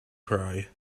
cry